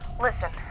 Listen